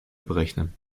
berechnen